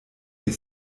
mir